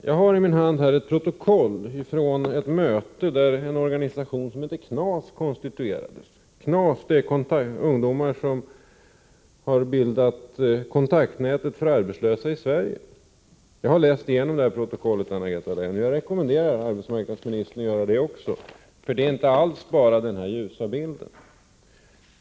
Jag har i min hand ett protokoll från ett möte där en organisation som heter KNAS konstituerades. KNAS består av ungdomar som har bildat Kontaktnät för arbetslösa i Sverige. Jag har läst igenom detta protokoll, och jag rekommenderar också arbetsmarknadsminister Anna-Greta Leijon att göra det. Det ger inte alls bara en ljus bild.